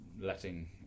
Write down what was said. letting